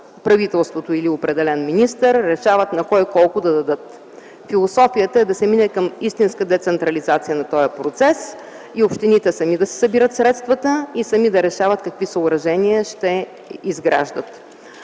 правителството или определен министър решават на кой колко да дадат. Философията е да се мине към истинска децентрализация на този процес и общините сами да си събират средствата и сами да решават какви съоръжения ще изграждат.